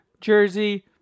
jersey